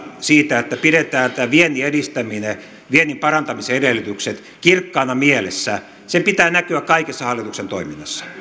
siitä että pidetään viennin edistäminen viennin parantamisen edellytykset kirkkaana mielessä pitää näkyä kaikessa hallituksen toiminnassa